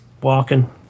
walking